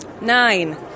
Nine